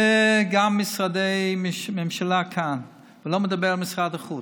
וגם משרדי ממשלה כאן, ואני לא מדבר על משרד החוץ.